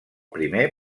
primer